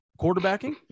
quarterbacking